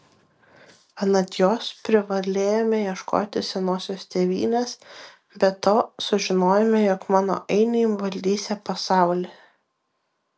anot jos privalėjome ieškoti senosios tėvynės be to sužinojome jog mano ainiai valdysią pasaulį